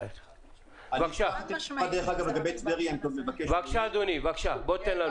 אדוני, לגבי טבריה --- בבקשה, תן לנו.